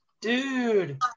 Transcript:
dude